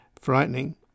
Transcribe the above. frightening